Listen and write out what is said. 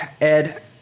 Ed